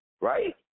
right